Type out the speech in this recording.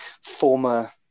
former